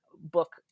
book